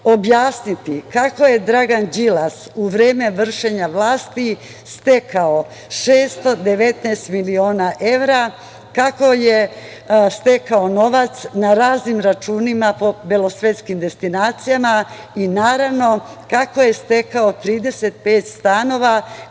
objasniti kako je Dragan Đilas u vreme vršenja vlasti stekao 619 miliona evra, kako je stekao novac na raznim računima po belosvetskim destinacijama i, naravno, kako je stekao 35 stanova